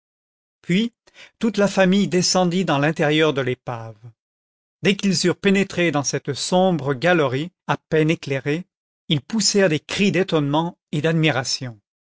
puis toute la famille descendit dans l'intérieur de l'épave dès qu'ils eurent pénétré dans cette sombre galerie à peine éclairée ils poussèrent des cris d'étonnement et d'admiration